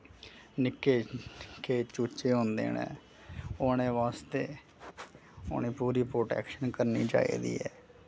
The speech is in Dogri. निक्के निक्के चूचे होंदे नै उनें वास्ते उनें पूरी प्रोटैक्शन करनी चाहिदी ऐ